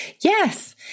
Yes